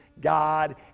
God